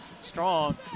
Strong